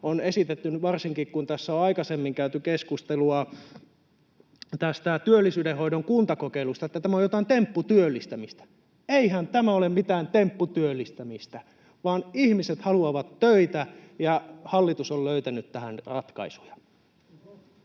on esitetty nyt — varsinkin, kun tässä on aikaisemmin käyty keskustelua työllisyydenhoidon kuntakokeilusta — että tämä on jotain tempputyöllistämistä. Eihän tämä ole mitään tempputyöllistämistä, vaan ihmiset haluavat töitä ja hallitus on löytänyt tähän ratkaisuja.